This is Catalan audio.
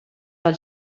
del